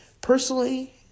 personally